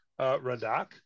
Radak